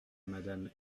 madame